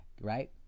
Right